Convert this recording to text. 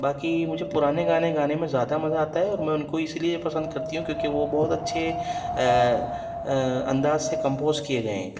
باقی مجھے پرانے گانے گانے میں زیادہ مزا آتا ہے اور میں ان کو اس لئے پسند کرتی ہوں کیونکہ وہ بہت اچھے انداز سے کمپوز کئے گئے ہیں